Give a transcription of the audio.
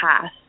path